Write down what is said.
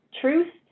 truth